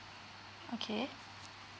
okay